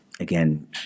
Again